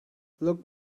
look